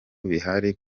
bihari